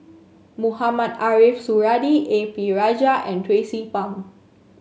Mohamed Ariff Suradi A P Rajah and Tracie Pang